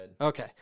okay